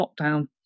lockdown